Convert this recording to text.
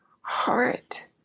heart